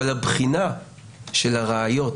אבל הבחינה של הראיות,